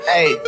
Hey